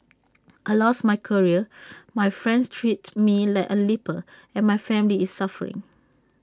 I lost my career my friends treat me like A leper and my family is suffering